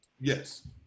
yes